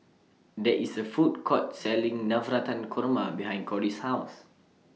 There IS A Food Court Selling Navratan Korma behind Cory's House